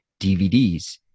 DVDs